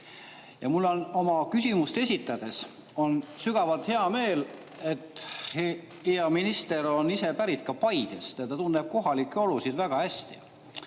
Ja mul on oma küsimust esitades sügavalt hea meel, et hea minister on samuti pärit Paidest ja ta tunneb kohalikke olusid väga hästi.